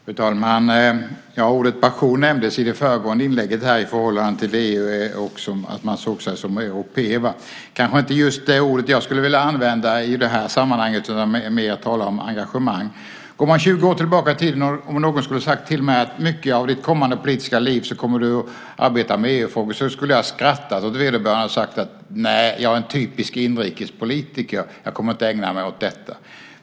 Fru talman! Ordet passion nämndes i det föregående inlägget i förhållande till EU och att man ser sig som europé. Det kanske inte är just det ordet som jag skulle vilja använda i det här sammanhanget, utan mer tala om engagemang. Om man går 20 år tillbaka i tiden och om någon då hade sagt till mig att jag under en stor del av mitt politiska liv kommer att arbeta med EU-frågor skulle jag ha skrattat åt vederbörande. Jag skulle ha sagt: Nej, jag är en typisk inrikespolitiker, och jag kommer inte att ägna mig åt detta.